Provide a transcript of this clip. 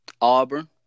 Auburn